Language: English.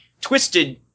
twisted